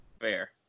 Fair